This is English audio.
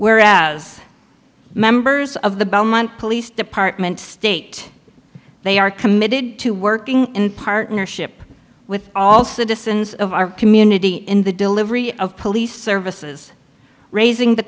where as members of the belmont police department state they are committed to working in partnership with all citizens of our community in the delivery of police services raising the